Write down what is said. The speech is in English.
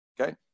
Okay